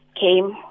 came